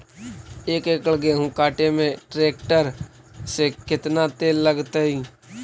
एक एकड़ गेहूं काटे में टरेकटर से केतना तेल लगतइ?